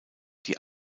die